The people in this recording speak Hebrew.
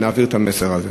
ונעביר את המסר הזה.